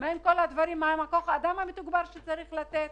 מה עם כוח האדם המתוגבר שצריך לתת?